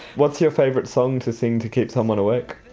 what's your favourite song to sing to keep someone awake?